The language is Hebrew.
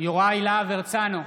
יוראי להב הרצנו,